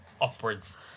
upwards